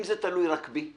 אם זה תלוי רק בי,